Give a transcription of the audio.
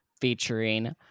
featuring